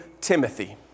timothy